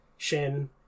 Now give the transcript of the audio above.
Shin